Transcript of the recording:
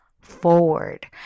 forward